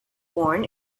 born